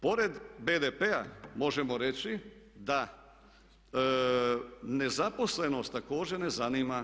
Pored BDP-a možemo reći da nezaposlenost također ne zanima